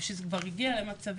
אז שזה כבר הגיע למצבים,